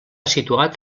situat